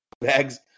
bags